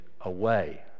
away